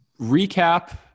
recap